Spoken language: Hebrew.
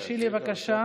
תרשי לי, בבקשה.